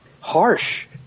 harsh